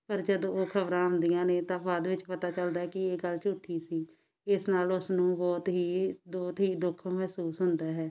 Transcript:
ਪਰ ਜਦੋਂ ਉਹ ਖਬਰਾਂ ਆਉਂਦੀਆਂ ਨੇ ਤਾਂ ਬਾਅਦ ਵਿੱਚ ਪਤਾ ਚੱਲਦਾ ਹੈ ਕਿ ਇਹ ਗੱਲ ਝੂਠੀ ਸੀ ਇਸ ਨਾਲ ਉਸ ਨੂੰ ਬਹੁਤ ਹੀ ਬਹੁਤ ਹੀ ਦੁੱਖ ਮਹਿਸੂਸ ਹੁੰਦਾ ਹੈ